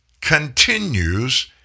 continues